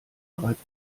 bereits